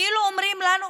וכאילו אומרים לנו: